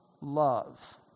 love